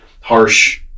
harsh